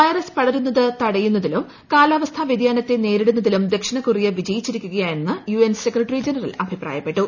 virus പടരുന്നീത് തടയുന്നതിലും കാലാവസ്ഥാ വ്യതിയാനത്തെ നേരിടുന്നതില്പ്പും ദ്ദ്ക്ഷിണ കൊറിയ വിജയിച്ചിരിക്കുകയാണെന്ന് യു്എൻ സെക്രട്ടറി ജനറൽ അഭിപ്രായപ്പെട്ടു